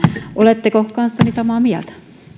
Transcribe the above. oletteko kanssani samaa mieltä